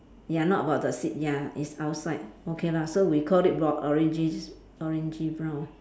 ya not about the seat ya it's outside okay lah so we call it bro~ orangey orangey brown